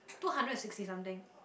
two hundred and sixty something